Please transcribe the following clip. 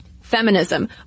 feminism